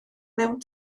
mewn